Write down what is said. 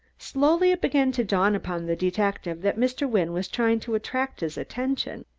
slowly it began to dawn upon the detective that mr. wynne was trying to attract his attention.